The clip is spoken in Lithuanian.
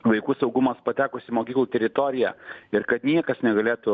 vaikų saugumas patekus į mokyklų teritoriją ir kad niekas negalėtų